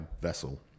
vessel